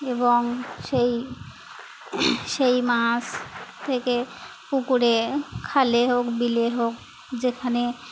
এবং সেই সেই মাস থেকে পুকুরে খালে হোক বিলে হোক যেখানে